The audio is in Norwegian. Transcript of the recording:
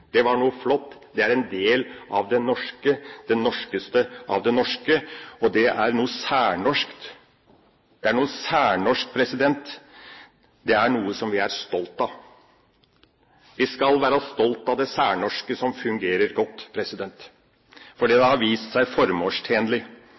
Det var noe flott, det er en del av det norske, det norskeste av det norske, og det er noe særnorsk. Det er noe som vi er stolt av. Vi skal være stolt av det særnorske som fungerer godt fordi det